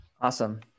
Awesome